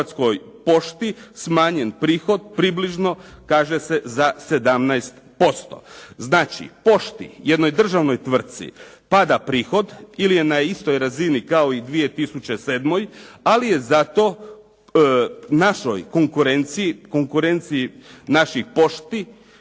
Hrvatskoj pošti smanjen prihod približno kaže se za 17%. Znači pošti jednoj državnoj tvrtki pada prihod ili je na istoj razini kao i 2007. ali je zato našoj konkurenciji, konkurenciji naših pošti